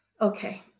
okay